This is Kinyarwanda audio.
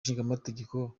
ishingamategeko